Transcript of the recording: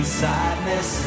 sadness